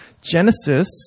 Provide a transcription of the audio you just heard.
Genesis